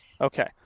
Okay